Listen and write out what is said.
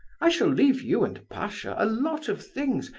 i shall leave you and pasha a lot of things,